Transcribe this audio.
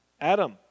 Adam